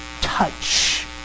touch